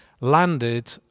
landed